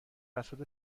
بساط